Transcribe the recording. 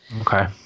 okay